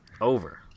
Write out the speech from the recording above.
Over